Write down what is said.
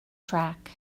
track